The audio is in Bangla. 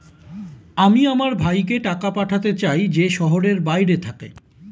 আমি আমার ভাইকে টাকা পাঠাতে চাই যে শহরের বাইরে থাকে